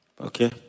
Okay